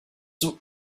will